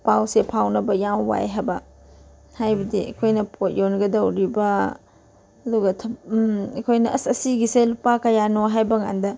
ꯄꯥꯎꯁꯦ ꯐꯥꯎꯅꯕ ꯌꯥꯝ ꯋꯥꯏ ꯍꯥꯏꯕ ꯍꯥꯏꯕꯗꯤ ꯑꯩꯈꯣꯏꯅ ꯄꯣꯠ ꯌꯣꯟꯒꯗꯧꯔꯤꯕ ꯑꯗꯨꯒ ꯑꯩꯈꯣꯏꯅ ꯑꯁ ꯑꯁꯤꯒꯤꯁꯦ ꯂꯨꯄꯥ ꯀꯌꯥꯅꯣ ꯍꯥꯏꯕꯀꯥꯟꯗ